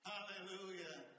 Hallelujah